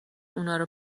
اونارو